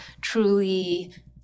truly